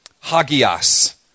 Hagias